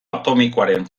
atomikoaren